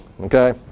okay